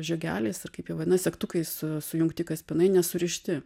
žiogeliais ar kaip jie vadinas segtukais sujungti kaspinai nesurišti